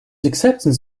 acceptance